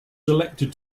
selected